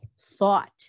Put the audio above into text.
thought